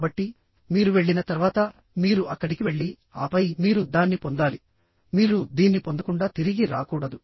కాబట్టి మీరు వెళ్ళిన తర్వాత మీరు అక్కడికి వెళ్లి ఆపై మీరు దాన్ని పొందాలి మీరు దీన్ని పొందకుండా తిరిగి రాకూడదు